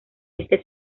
este